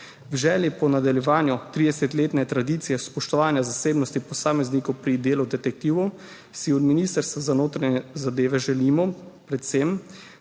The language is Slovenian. V želji po nadaljevanju 30-letne tradicije spoštovanja zasebnosti posameznikov pri delu detektivov si od Ministrstva za notranje zadeve želimo predvsem,